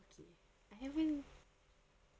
okay I haven't